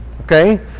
Okay